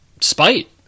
spite